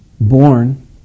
Born